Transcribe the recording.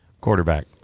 quarterback